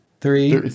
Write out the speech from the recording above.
Three